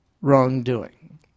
wrongdoing